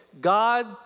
God